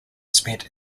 spent